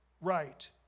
right